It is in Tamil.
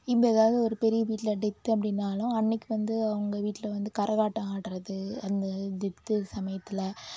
இப்போ எதாவது ஒரு பெரிய வீட்டில் டெத்து அப்படினாலும் அன்றைக்கி வந்து அவங்க வீட்டில் வந்து கரகாட்டம் ஆடுறது அந்த டெத்து சமயத்தில்